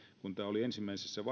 kun tämä keskustelu oli ensimmäisessä